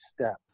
step